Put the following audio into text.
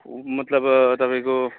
फु मतलब तपाईँको